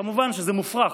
כמובן, זה מופרך.